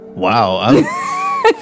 Wow